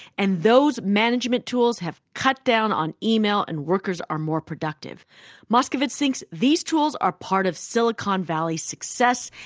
and those management tools have cut down on email and workers are more productive moskovitz thinks these tools are part of silicon valley's success.